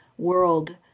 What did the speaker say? world